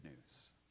news